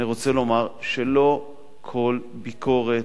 אני רוצה לומר שלא כל ביקורת,